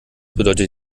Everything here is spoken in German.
bedeutet